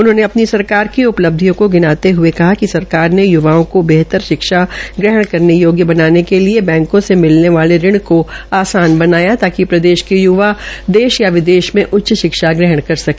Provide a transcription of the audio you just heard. उन्होंने अपनी सरकार की उपलब्धियों को गिनाते हये कहा कि सरकार ने युवाओं को बेहतर शिक्षा ग्रहण करने योग्य बनाने के लिए बैंकों से मिलने वाले ऋण को आसान बनाया ताकि प्रदेश के युवा देश या विदेश में उच्च शिक्षा ले सके